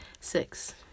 six